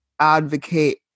advocate